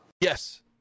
Yes